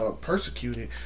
persecuted